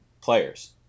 players